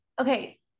Okay